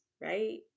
right